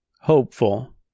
hopeful